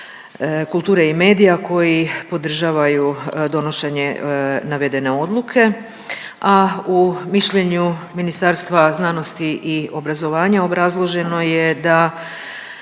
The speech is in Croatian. kulture i medija koji podržavaju donošenje navedene odluke, a u mišljenju Ministarstva znanosti i obrazovanja, obrazloženo je da